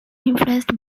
influenced